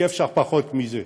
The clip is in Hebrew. אי-אפשר פחות מזה,